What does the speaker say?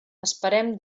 esperem